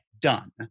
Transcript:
done